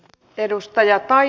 t edustaja tai